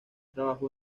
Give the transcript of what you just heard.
trabajó